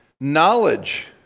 knowledge